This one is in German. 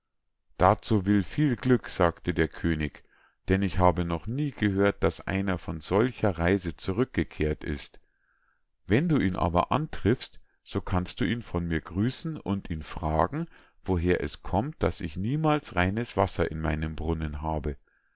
dazu will viel glück sagte der könig denn ich habe noch nie gehört daß einer von solcher reise zurückgekehrt ist wenn du ihn aber antriffst so kannst du ihn von mir grüßen und ihn fragen woher es kommt daß ich niemals reines wasser in meinem brunnen habe